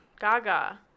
gaga